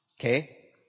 Okay